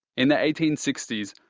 in the eighteen sixty s,